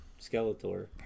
Skeletor